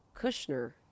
Kushner